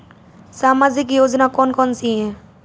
सामाजिक योजना कौन कौन सी हैं?